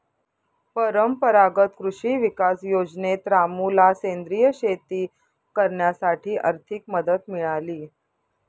परंपरागत कृषी विकास योजनेत रामूला सेंद्रिय शेती करण्यासाठी आर्थिक मदत मिळाली